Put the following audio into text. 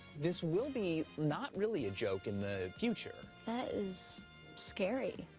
this will be not really a joke in the future. that is scary,